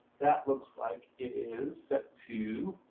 that looks like it is set to